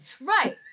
Right